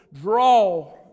draw